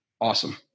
Awesome